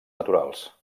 naturals